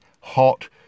hot